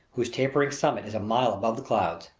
whose tapering summit is a mile above the clouds.